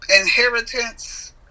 inheritance